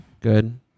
Good